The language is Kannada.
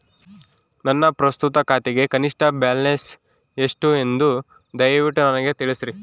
ನನ್ನ ಪ್ರಸ್ತುತ ಖಾತೆಗೆ ಕನಿಷ್ಠ ಬ್ಯಾಲೆನ್ಸ್ ಎಷ್ಟು ಎಂದು ದಯವಿಟ್ಟು ನನಗೆ ತಿಳಿಸ್ರಿ